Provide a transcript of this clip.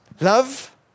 Love